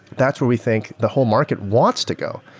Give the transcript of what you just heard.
that's where we think the whole market wants to go,